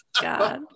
God